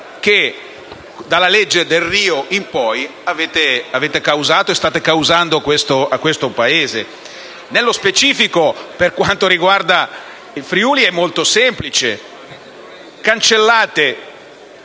che dalla legge Delrio in poi avete causato e state causando a questo Paese. Nello specifico, per quanto riguarda il Friuli è molto semplice: